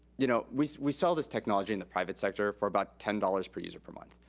you know we we sell this technology in the private sector for about ten dollars per user per month.